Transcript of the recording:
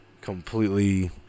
completely